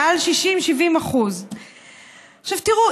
מעל 60% 70%. תראו,